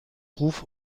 ruf